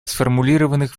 сформулированных